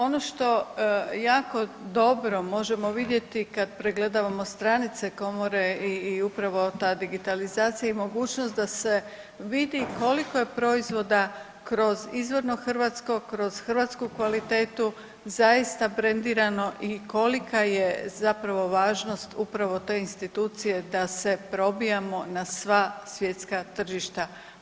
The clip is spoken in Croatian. Ono što jako dobro možemo vidjeti kad pregledavamo stranice komore i upravo ta digitalizacija i mogućnost da se vidi koliko je proizvoda kroz izvorno hrvatsko, kroz hrvatsku kvalitetu zaista brendirano i kolika je zapravo važnost upravo te institucije da se probijamo na sva svjetska tržišta.